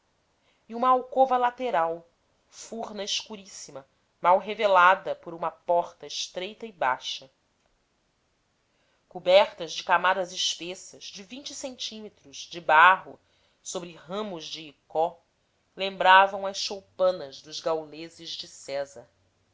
e uma alcova lateral furna escuríssima mal revelada por uma porta estreita e baixa cobertas de camadas espessas de vinte centímetros de barro sobre ramos de icó lembravam as choupanas dos gauleses de césar